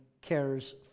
cares